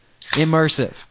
Immersive